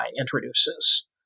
introduces